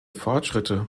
fortschritte